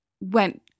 went